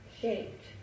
Shaped